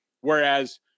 Whereas